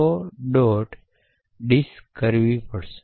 diss કરવી પડશે